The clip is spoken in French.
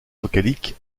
vocalique